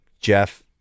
Jeff